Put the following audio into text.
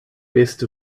best